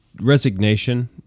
resignation